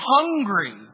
hungry